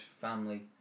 family